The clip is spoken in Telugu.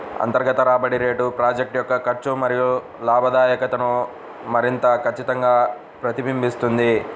అంతర్గత రాబడి రేటు ప్రాజెక్ట్ యొక్క ఖర్చు మరియు లాభదాయకతను మరింత ఖచ్చితంగా ప్రతిబింబిస్తుంది